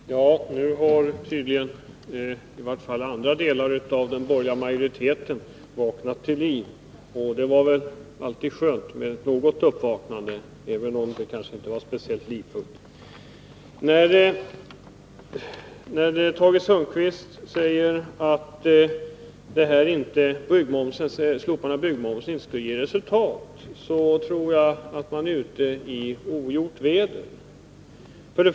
Fru talman! Nu har tydligen i varje fall delar av den borgerliga majoriteten vaknat till liv. Det var skönt med ett uppvaknande på något håll, även om det inte var speciellt livfullt. | När Tage Sundkvist säger att ett slopande av byggmomsen inte skulle ge resultat tror jag att han är ute i ogjort väder.